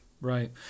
Right